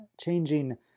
changing